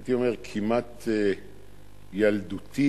הייתי אומר כמעט ילדותי,